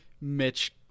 Mitch